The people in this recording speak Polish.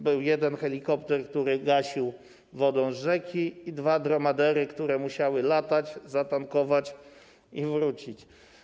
Był jeden helikopter, który gasił wodą z rzeki, i dwa dromadery, które musiały latać, zatankować i wrócić.